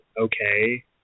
okay